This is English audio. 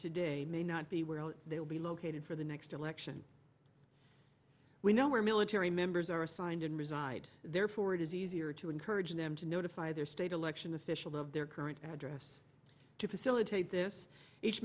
today may not be where they will be located for the next election we know where military members are assigned and reside therefore it is easier to encourage them to notify their state election official of their current address to facilitate this